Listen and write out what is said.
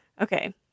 Okay